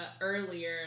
earlier